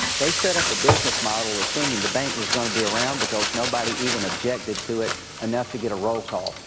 they set up a business model assuming the bank was going to be around because nobody even objected to it enough to get a roll call.